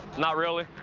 not really?